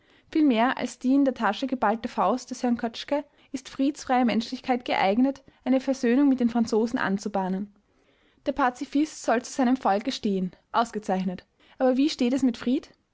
vielmehr als die in der tasche geballte faust des herrn kötschke ist frieds freie menschlichkeit geeignet eine versöhnung mit den franzosen anzubahnen der pazifist soll zu seinem volke stehen ausgezeichnet aber wie steht es mit fried